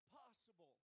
possible